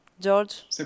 George